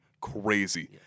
crazy